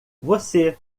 você